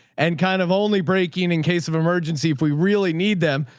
and kind of only breaking in case of emergency. if we really need them.